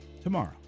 tomorrow